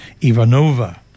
Ivanova